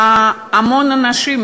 המון אנשים,